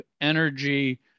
energy